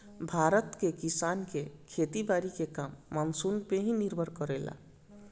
भारत के किसान के खेती बारी के काम मानसून पे ही निर्भर करेला